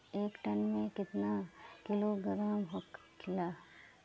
एक टन मे केतना किलोग्राम होखेला?